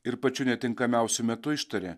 ir pačiu netinkamiausiu metu ištarė